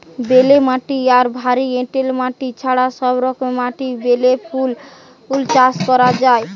বেলে মাটি আর ভারী এঁটেল মাটি ছাড়া সব রকমের মাটিরে বেলি ফুল চাষ করা যায়